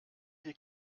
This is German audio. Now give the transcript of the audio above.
die